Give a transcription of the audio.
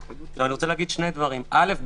אל"ף,